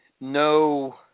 no